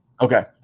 Okay